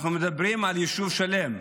אנחנו מדברים על יישוב שלם,